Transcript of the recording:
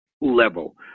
level